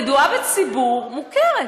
ידועה בציבור מוכרת,